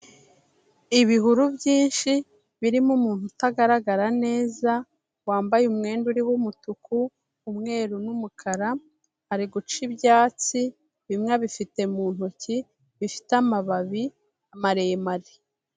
Ibihuru byinshi birimo umuntu utagaragara neza wambaye umwenda uriho umutuku umweru n'umukara, ari guca ibyatsi bimwe bifite mu ntoki bifite amababi maremare.